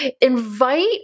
invite